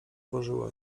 włożyła